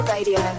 Radio